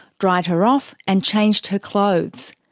dried her off and changed her clothes.